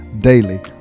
Daily